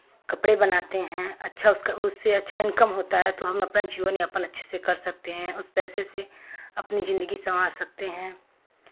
कपड़े बनाते हैं अच्छा उसका उससे अच्छा इनकम होता है तो हम अपना जीवन यापन अच्छे से कर सकते हैं उस पैसे से अपनी ज़िंदगी संवार सकते हैं